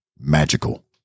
magical